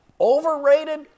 Overrated